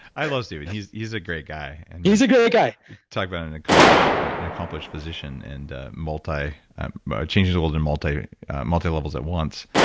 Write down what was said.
i love stevie. he's he's a great guy he's a great guy talk about an accomplished an accomplished physician and ah ah changes the world in multi-levels multi-levels at once.